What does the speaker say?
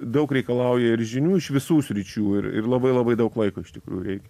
daug reikalauja ir žinių iš visų sričių ir ir labai labai daug laiko iš tikrųjų reikia